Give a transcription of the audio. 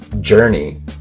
journey